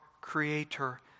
creator